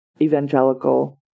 Evangelical